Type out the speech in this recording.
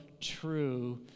true